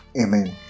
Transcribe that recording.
Amen